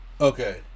Okay